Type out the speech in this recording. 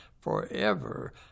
forever